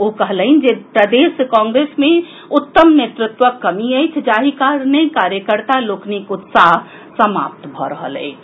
ओ कहलनि जे प्रदेश कांग्रेस मे उत्तम नेतृत्वक कमी अछि जाहि कारणे कार्यकर्ता लोकनिक उत्साह समाप्त भऽ रहल अछि